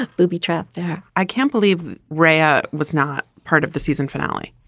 ah booby trap there. i can't believe ray ah was not part of the season finale.